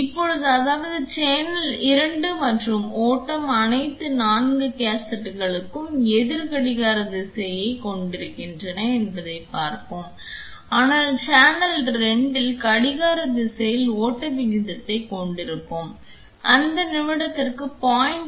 இப்போது அதாவது சேனல் 2 மற்றும் ஓட்டம் அனைத்து 4 கேசட்டுகளும் எதிர் கடிகார திசையைக் கொண்டிருந்தன என்பதைப் பார்ப்போம் ஆனால் சேனல் 2 இல் கடிகார திசையில் ஓட்ட விகிதத்தைக் கொண்டிருப்போம் அது நிமிடத்திற்கு 0